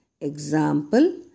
Example